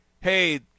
hey